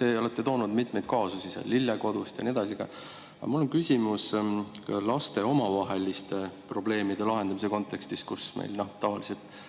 te olete toonud mitmeid kaasusi, Lille Kodust ja nii edasi. Aga mul on küsimus laste omavaheliste probleemide lahendamise kontekstis. Meil tavaliselt